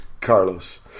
Carlos